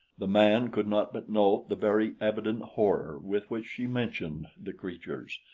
the man could not but note the very evident horror with which she mentioned the creatures.